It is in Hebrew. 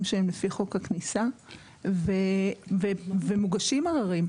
שהם לפי חוק הכניסה ומוגשים ערערים,